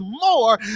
more